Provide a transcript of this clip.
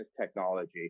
technology